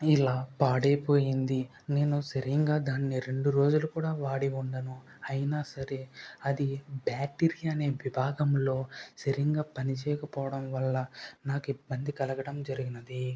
ఇలా పాడైపోయింది నేను సరిగ్గా దాన్ని రెండు రోజులు కూడా వాడి ఉండను అయినా సరే అది బ్యాటరీ అనే విభాగంలో సరిగ్గా పనిచెయ్యక పోవడం వల్ల నాకు ఇబ్బంది కలగడం జరిగింది